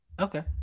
Okay